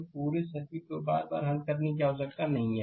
तो पूरे सर्किट को बार बार हल करने की आवश्यकता नहीं है